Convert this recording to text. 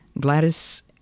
Gladys